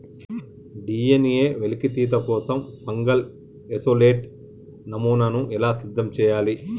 DNA వెలికితీత కోసం fungal isolate నమూనాను ఎలా సిద్ధం చెయ్యాలి?